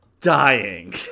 dying